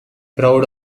proud